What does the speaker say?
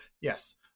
yes